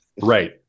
Right